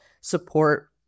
support